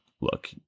look